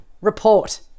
report